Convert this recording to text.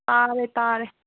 ꯇꯥꯔꯦ ꯇꯥꯔꯦ